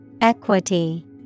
Equity